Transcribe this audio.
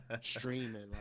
streaming